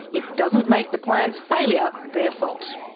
it doesn't make the plan's failure their fault.